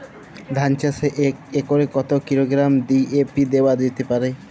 ধান চাষে এক একরে কত কিলোগ্রাম ডি.এ.পি দেওয়া যেতে পারে?